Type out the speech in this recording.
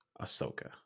Ahsoka